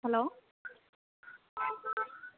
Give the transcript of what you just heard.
hello